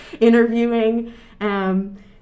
interviewing